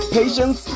patience